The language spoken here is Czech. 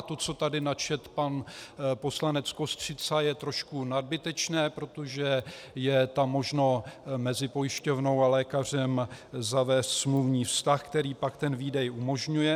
A to, co tady načetl pan poslanec Kostřica, je trošku nadbytečné, protože je možno mezi pojišťovnou a lékařem zavést smluvní vztah, který pak ten výdej umožňuje.